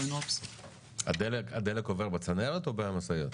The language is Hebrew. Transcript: UNOPS. הדלק עובר בצנרת או במשאיות?